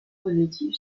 revêtue